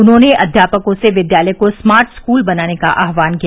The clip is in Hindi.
उन्होंने अध्यापकों से विद्यालय को स्मार्ट स्कूल बनाने का आहवान किया